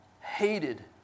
hated